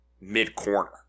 mid-corner